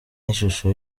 n’ishusho